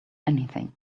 anything